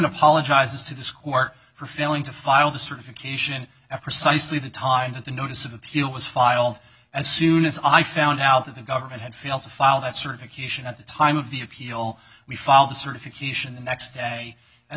apologizes to this court for failing to file the certification after sightly the time that the notice of appeal was filed as soon as i found out that the government had failed to file that certification at the time of the appeal we follow the certification the next day as